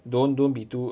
don't don't be too